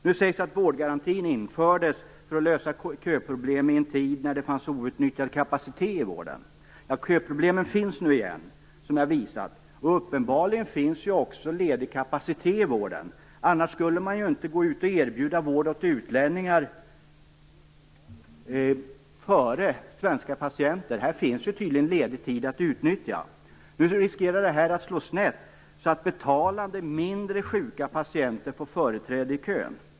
Nu sägs att vårdgarantin infördes för att lösa köproblem i en tid när det fanns outnyttjad kapacitet i vården. Köproblemet finns igen, som jag visat. Uppenbarligen finns också ledig kapacitet i vården, annars skulle man inte erbjuda vård åt utlänningar före svenska patienter. Här finns tydligen ledig tid att utnyttja. Nu riskerar detta att slå snett, så att betalande, mindre sjuka patienter får företräde i kön.